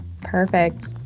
Perfect